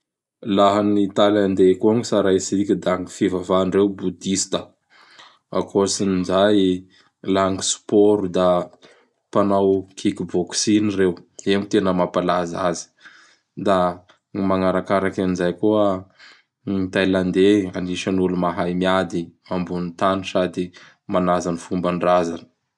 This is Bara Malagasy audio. Laha gny Thailandais koa gn tsaraitsika da gny fivavahandreo Boudista. Akoatsin'izay, la gny spôro da mpanao kick boxing reo. Io gny tena mampalaza azy. Da gn magnarakaraky an zay koa, gn Thailandais anisan'ny olo mahay miady ambonin'n tany sady manaja n fomban-drazany.